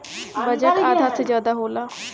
budget आधा से जादा होला